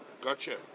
gotcha